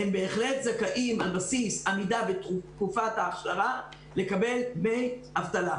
הם בהחלט זכאים על בסיס עמידה בתקופת האכשרה לקבל דמי אבטלה,